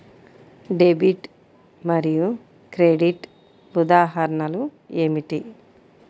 Debit మరియు credit ఉదాహరణలు ఏమిటీ?